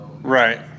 Right